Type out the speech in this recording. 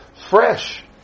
fresh